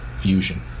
fusion